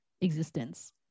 existence